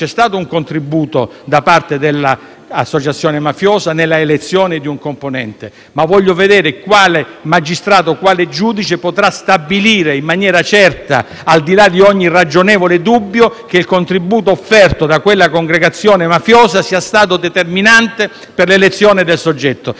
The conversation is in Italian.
associazione mafiosa nella elezione di un componente, sfido chiunque, sfido un magistrato o un collegio giudicante a poter stabilire in maniera certa, al di là di ogni ragionevole dubbio, che il contributo offerto da quella congregazione mafiosa sia stato determinante per l'elezione del soggetto. È praticamente una dimostrazione impossibile.